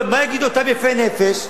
מה יגידו אותם יפי נפש?